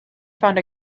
found